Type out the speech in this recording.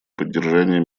поддержания